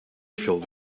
filled